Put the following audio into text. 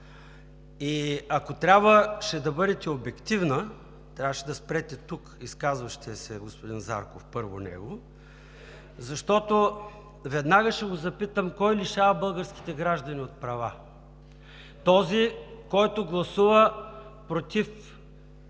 Ако трябваше да бъдете обективна, трябваше да спрете тук изказващия се господин Зарков – първо него, защото веднага ще го запитам: кой лишава българските граждани от права? Този, който гласува „против“